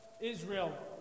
Israel